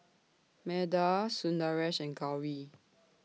Medha Sundaresh and Gauri